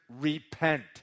repent